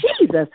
Jesus